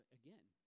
again